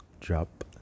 Drop